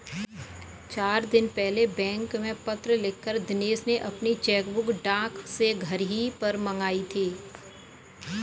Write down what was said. चार दिन पहले बैंक में पत्र लिखकर दिनेश ने अपनी चेकबुक डाक से घर ही पर मंगाई थी